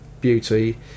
beauty